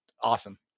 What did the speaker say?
awesome